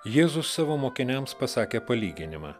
jėzus savo mokiniams pasakė palyginimą